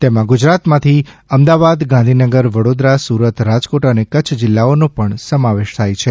તેમાં ગુજરાતમાંથી અમદાવાદ ગાંધીનગર વડોદરા સુરત રાજકોટ અને કચ્છ જિલ્લાઓનો પણ સમાવેશ થાય છે